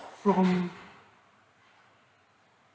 from